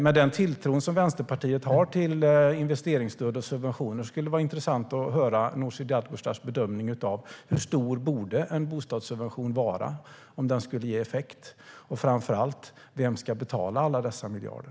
Med den tilltro som Vänsterpartiet har till investeringsstöd och subventioner skulle det vara intressant att höra Nooshi Dadgostars bedömning: Hur stor borde en bostadssubvention vara om den skulle ge effekt? Och framför allt: Vem ska betala alla dessa miljarder?